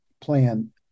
plan